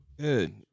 Good